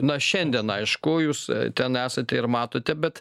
na šiandien aišku jūs ten esate ir matote bet